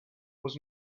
was